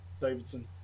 Davidson